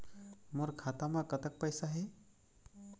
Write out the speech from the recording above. मोर खाता म कतक पैसा हे?